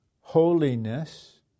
holiness